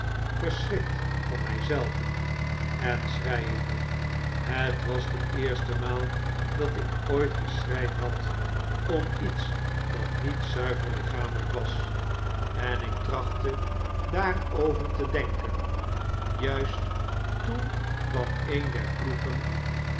van my zelven en schreiende het was de eerste maal dat ik ooit geschreid had om iets dat niet zuiver lichamelyk was en ik trachtte daarover te denken juist toen kwam een der ploegen